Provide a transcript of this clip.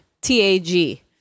T-A-G